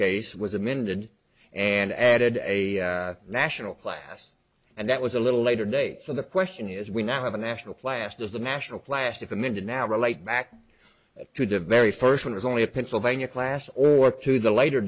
case was amended and added a national class and that was a little later date so the question is we now have a national plasters the national class if amended now relate back to the very first one is only a pennsylvania class or to the later